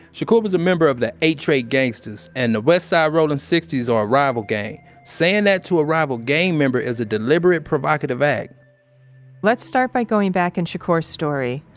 shakur was a member of the eight tray gangsters and the west side rollin sixty s are a rival gang. saying that to a rival gang member is a deliberate provocative act let's start by going back in shakur's story,